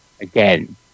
again